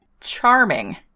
charming